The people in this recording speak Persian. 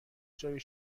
جای